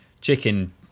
chicken